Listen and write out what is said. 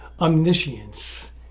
omniscience